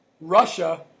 Russia